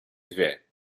dwie